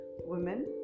women